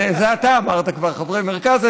אתה אמרת חברי מרכז.